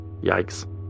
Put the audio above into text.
Yikes